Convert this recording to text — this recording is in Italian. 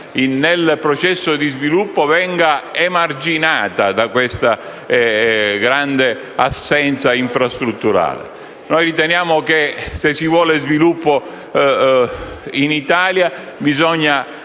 nel processo di sviluppo, venga emarginata da questa grande assenza infrastrutturale. Riteniamo che se si vuole creare sviluppo in Italia,